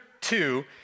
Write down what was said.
two